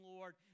Lord